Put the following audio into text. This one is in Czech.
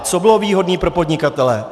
Co bylo výhodné pro podnikatele?